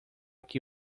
que